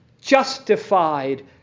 Justified